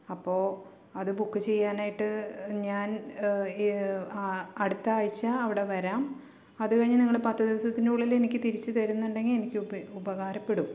അപ്പോള് അത് ബുക്ക് ചെയ്യാനായിട്ട് ഞാൻ അട്ത്ത ആഴ്ച്ച അവിടെ വരാം അത് കഴിഞ്ഞ് നിങ്ങള് പത്ത് ദിവസത്തിനുള്ളില് എനിക്കത് തിരിച്ച് തരുമെന്നുണ്ടെങ്കില് എനിക്ക് ഉപകാരപ്പെടും